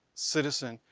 citizen,